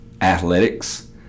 athletics